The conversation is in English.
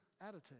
attitude